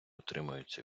утримуються